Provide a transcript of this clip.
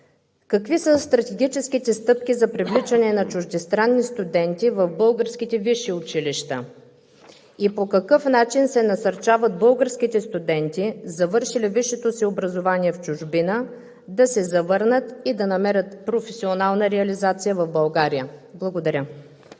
какви са стратегическите стъпки за привличане на чуждестранни студенти в българските висши училища? По какъв начин се насърчават българските студенти, завършили висшето си образование в чужбина, да се завърнат и да намерят професионална реализация в България? Благодаря.